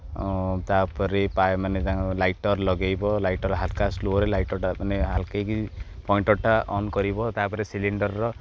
ତା'ପରେ ମାନେ ତା ଲାଇଟର୍ ଲଗେଇବ ଲାଇଟର୍ ହାଲକା ସ୍ଲୋରେ ଲାଇଟର୍ଟା ମାନେ ହାଲକେଇକି ପଏଣ୍ଟର୍ଟା ଅନ୍ କରିବ ତା'ପରେ ସିଲିଣ୍ଡର୍ର